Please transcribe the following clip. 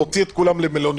להוציא את כולם למלוניות.